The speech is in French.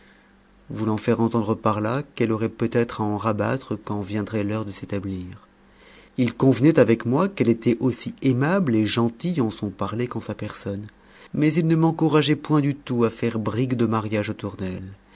voulant faire entendre par là qu'elle aurait peut-être à en rabattre quand viendrait l'heure de s'établir il convenait avec moi qu'elle était aussi aimable et gentille en son parler qu'en sa personne mais il ne m'encourageait point du tout à faire brigue de mariage autour d'elle